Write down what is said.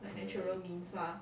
mm